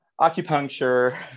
acupuncture